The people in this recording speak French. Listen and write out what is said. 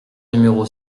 numéro